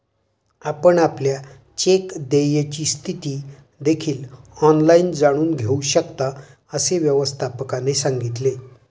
आपण आपल्या चेक देयची स्थिती देखील ऑनलाइन जाणून घेऊ शकता, असे व्यवस्थापकाने सांगितले